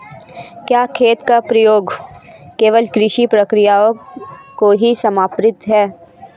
क्या खेत का प्रयोग केवल कृषि प्रक्रियाओं को ही समर्पित है?